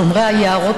שומרי היערות,